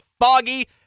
foggy